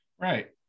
Right